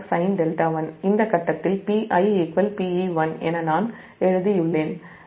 Pe1 Pmaxsinδ1 இந்த கட்டத்தில் Pi Pe1 என நான் எழுதியுள்ளேன்